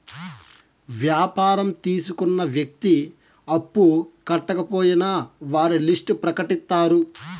వ్యాపారం తీసుకున్న వ్యక్తి అప్పు కట్టకపోయినా వారి లిస్ట్ ప్రకటిత్తారు